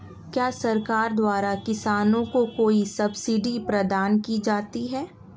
क्या सरकार द्वारा किसानों को कोई सब्सिडी प्रदान की जाती है?